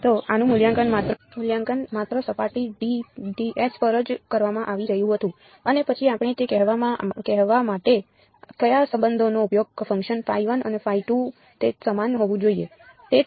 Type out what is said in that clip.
તો આનું મૂલ્યાંકન માત્ર સપાટી S પર જ કરવામાં આવી રહ્યું હતું અને પછી આપણે તે કહેવા માટે કયા સંબંધનો ઉપયોગ ફંક્શન્સ અને તે સમાન હોવું જોઈએ